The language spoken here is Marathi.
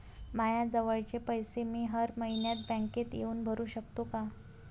मायाजवळचे पैसे मी हर मइन्यात बँकेत येऊन भरू सकतो का?